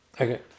Okay